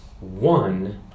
one